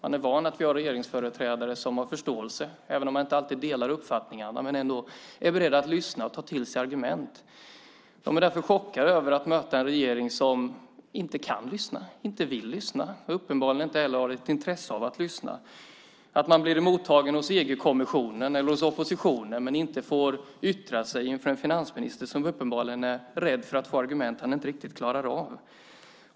De är vana att ha regeringsföreträdare som har förståelse även om man inte alltid delar uppfattningarna. De är ändå beredda att lyssna och ta till sig argument. De är därför chockade över att möta en regering som inte kan och inte vill lyssna och uppenbarligen inte heller har ett intresse av att lyssna. De blir mottagna hos EG-kommissionen eller hos oppositionen men får inte yttra sig inför en finansminister som uppenbarligen är rädd för att få argument han inte riktigt klarar av.